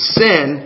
sin